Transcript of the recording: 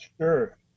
Sure